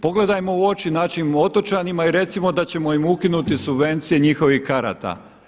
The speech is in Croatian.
Pogledajmo u oči našim otočanima i recimo da ćemo im ukinuti subvencije njihovih karata.